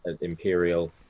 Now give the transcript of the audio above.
imperial